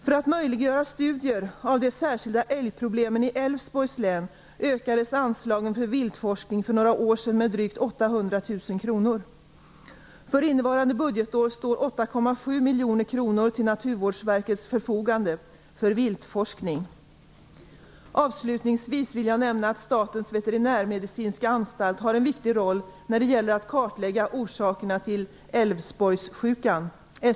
För att möjliggöra studier av de särskilda älgproblemen i Älvsborgs län ökades anslagen för viltforskning för några år sedan med drygt 800 000 kr. För innevarande budgetår står 8,7 miljoner kronor till Avslutningsvis vill jag nämna att Statens veterinärmedicinska anstalt har en viktig roll när det gäller att kartlägga orsakerna till Älvsborgssjukan.